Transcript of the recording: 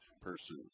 person